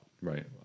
Right